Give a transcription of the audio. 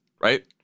right